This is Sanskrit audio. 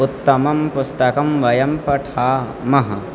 उत्तमं पुस्तकं वयं पठामः